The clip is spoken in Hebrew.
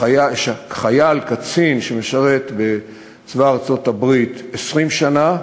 חייל, קצין, שמשרת בצבא ארצות-הברית 20 שנה,